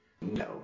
No